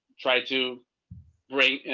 try to bring,